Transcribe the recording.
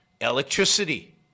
electricity